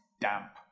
damp